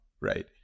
right